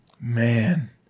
Man